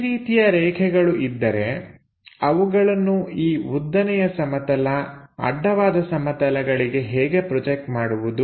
ಈ ರೀತಿಯ ರೇಖೆಗಳು ಇದ್ದರೆ ಅವುಗಳನ್ನು ಈ ಉದ್ದನೆಯ ಸಮತಲ ಅಡ್ಡವಾದ ಸಮತಲಗಳಿಗೆ ಹೇಗೆ ಪ್ರೊಜೆಕ್ಟ್ ಮಾಡುವುದು